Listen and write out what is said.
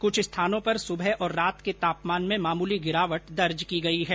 कुछ स्थानों पर सुबह और रात के तापमान में मामूली गिरावट दर्ज की गई है